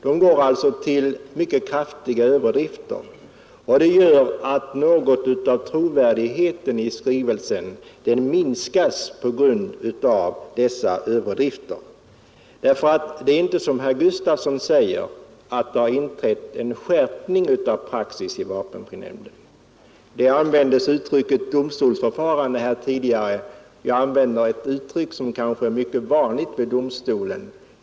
Rådet går alltså till mycket kraftiga överdrifter, och det minskar något trovärdigheten i skrivelsen. Det är inte så, som herr Gustafson säger, att det har inträtt en skärpning av praxis i vapenfrinämnden. Här har tidigare använts uttrycket domstolsförfarande. Jag vill använda ett uttryck som är mycket vanligt vid domstolen: Jag bestrider.